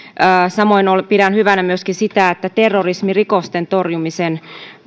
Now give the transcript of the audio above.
samoin pidän hyvänä myöskin sitä että terrorismirikosten torjumisen